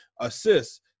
assists